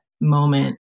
moment